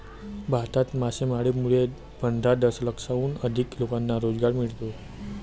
भारतातील मासेमारीमुळे पंधरा दशलक्षाहून अधिक लोकांना रोजगार मिळतो